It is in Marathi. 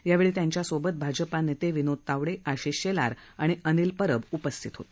यावेळी त्यांच्यासोबत भाजपा नेते विनोद तावडे आशिष शेलार आणि अनिल परब उपस्थित होते